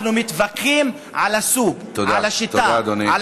אנחנו מתווכחים על הסוג, על השיטה, תודה.